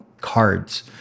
cards